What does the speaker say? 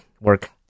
work